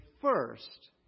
first